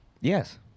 Yes